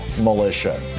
militia